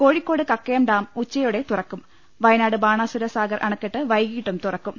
Kozhikode Kakkayam dam ഉച്ചയോടെ തുറക്കും വയനാട് ബാണാസുര സാഗർ അണ ക്കെട്ട് വൈകീട്ടും തുറക്കും